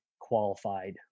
qualified